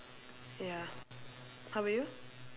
ya how about you